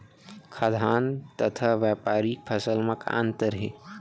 खाद्यान्न तथा व्यापारिक फसल मा का अंतर हे?